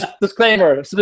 disclaimer